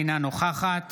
אינה נוכחת